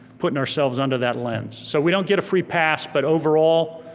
putting ourselves under that lens. so we don't get a free pass but overall,